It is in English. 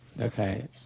okay